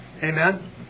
Amen